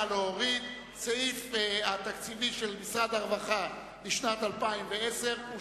סעיף 23, משרד הרווחה, לשנת 2010, נתקבל.